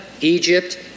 Egypt